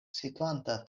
situanta